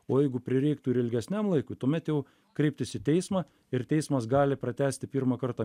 o jeigu prireiktų ir ilgesniam laikui tuomet jau kreiptis į teismą ir teismas gali pratęsti pirmą kartą